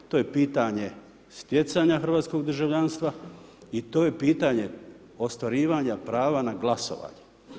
To je pitanje stjecanja hrvatskog državljanstva i to je pitanje ostvarivanja prava na glasovanje.